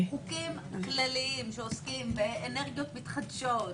חוקים כלליים שעוסקים באנרגיות מתחדשות,